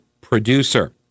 producer